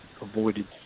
avoided